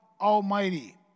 Almighty